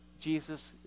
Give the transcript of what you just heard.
Jesus